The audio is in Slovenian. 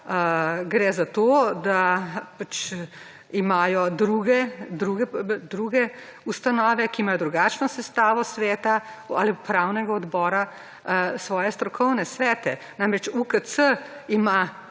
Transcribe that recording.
gre za to, da imajo druge ustanove, ki imajo drugačno sestavo sveta ali pa upravnega odbora, svoje strokovne svete. Namreč, UKC ima